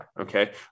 okay